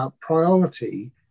priority